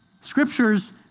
Scriptures